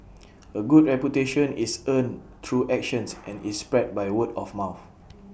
A good reputation is earned through actions and is spread by word of mouth